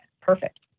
Perfect